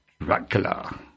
Dracula